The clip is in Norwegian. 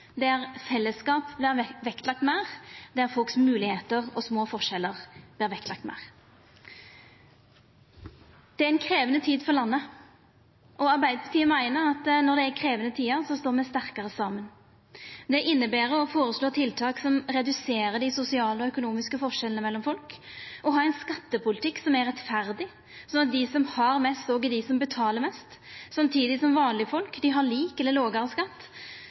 der fellesskap vert vektlagd meir, der moglegheitene til folk og små forskjellar vert vektlagde meir. Det er ei krevjande tid for landet, og Arbeidarpartiet meiner at når det er krevjande tider, står me sterkare saman. Det inneber å føreslå tiltak som reduserer dei sosiale og økonomiske forskjellane mellom folk, å ha ein skattepolitikk som er rettferdig, sånn at dei som har mest, òg er dei som betaler mest, samtidig som vanlege folk har lik eller lågare skatt,